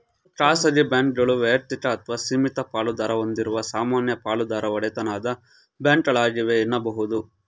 ಖಾಸಗಿ ಬ್ಯಾಂಕ್ಗಳು ವೈಯಕ್ತಿಕ ಅಥವಾ ಸೀಮಿತ ಪಾಲುದಾರ ಹೊಂದಿರುವ ಸಾಮಾನ್ಯ ಪಾಲುದಾರ ಒಡೆತನದ ಬ್ಯಾಂಕ್ಗಳಾಗಿವೆ ಎನ್ನುಬಹುದು